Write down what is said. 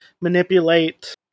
manipulate